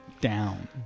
down